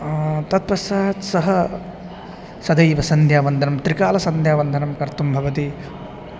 तत्पश्चात् सः सदैव सन्ध्यावन्दनं त्रिकालसन्ध्यावन्दनं कर्तुं भवति